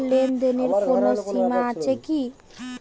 লেনদেনের কোনো সীমা আছে কি?